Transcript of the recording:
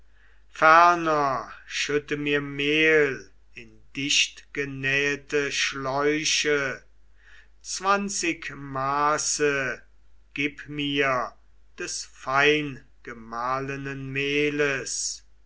schütte mir mehl in dichtgenähete schläuche zwanzig maße gib mir des feingemahlenen mehles